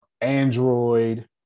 Android